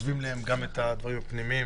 שמחשבים להם גם את הדברים הפנימיים.